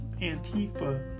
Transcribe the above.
Antifa